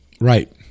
Right